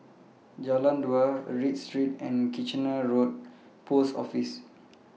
Jalan Dua Read Street and Kitchener Road Post Office